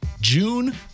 June